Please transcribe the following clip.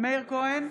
מאיר כהן,